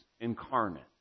incarnate